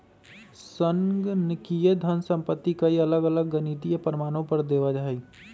संगणकीय धन संपत्ति कई अलग अलग गणितीय प्रमाणों पर जो देवा हई